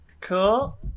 cool